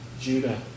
Judah